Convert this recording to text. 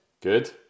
Good